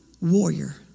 warrior